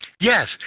Yes